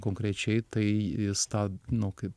konkrečiai tai jis tą nu kaip